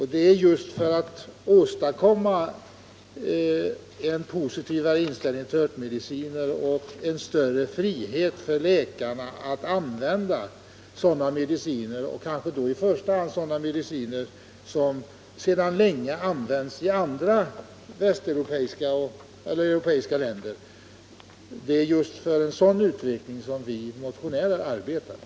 Här behövs en mera positiv inställning till örtmediciner och större frihet för läkarna att använda sådana mediciner, kanske då i första hand sådana som sedan länge använts i andra europeiska länder. Det är just för en sådan utveckling som vi motionärer arbetar.